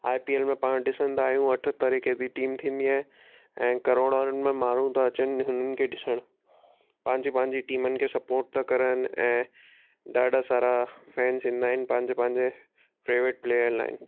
आई P L में पाण ॾिसंदा आहियूं अठ तरीक़े जी टीम थींदी आहे ऐं करोड़ वारनि में माण्हू था अचनि हिननि खे ॾिसणु पंहिंजी पंहिंजी टीमनि खे सपोर्ट था करनि ऐं ॾाढा सारा फैंस ईंदा आहिनि पंहिंजे पंहिंजे फेवरेट प्लेयर लाइ